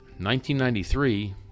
1993